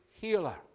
healer